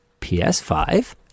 PS5